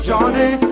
Johnny